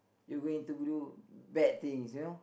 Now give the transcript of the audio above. you going to do bad things you know